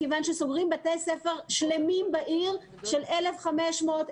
מכך שסוגרים בתי ספר שלמים בעיר של 1,500,